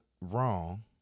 wrong